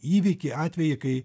įvykį atvejį kai